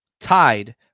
tied